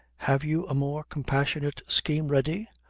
have you a more compassionate scheme ready?